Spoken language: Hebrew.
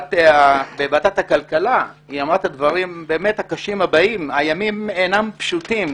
בוועדת הכלכלה את הדברים הקשים הבאים: "הימים אינם פשוטים.